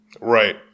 right